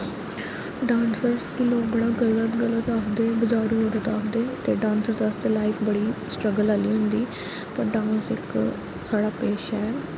dancers गी लोक बड़ा गलत गलत आखदे बजारू औरत आखदे ते डांसर्स आस्तै लाइफ बड़ी स्ट्रगल आह्ली होंदी पर डांस इक साढ़ा पेशा ऐ